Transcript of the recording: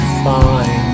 fine